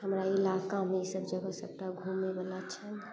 हमरा इलाकामे ई सब जगह सबटा घूमय वला छनि